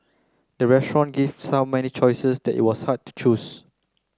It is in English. the restaurant gave so many choices that it was hard to choose